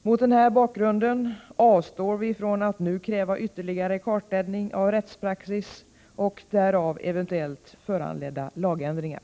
Mot denna bakgrund avstår vi från att nu kräva ytterligare kartläggning av rättspraxis och därav eventuellt föranledda lagändringar.